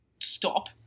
stop